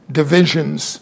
divisions